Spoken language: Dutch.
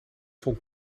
vond